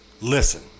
Listen